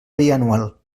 bianual